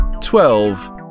twelve